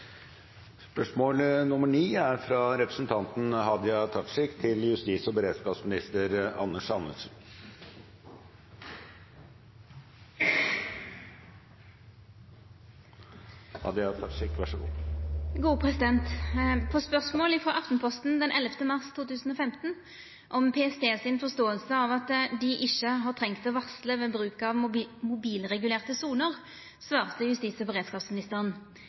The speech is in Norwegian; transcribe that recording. spørsmål frå Aftenposten den 11. mars 2015 om PST si forståing av at dei ikkje har trengt å varsla ved bruk av mobilregulerte soner, svara justis- og beredskapsministeren